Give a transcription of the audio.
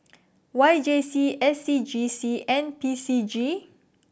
Y J C S C G C and P C G